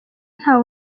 nta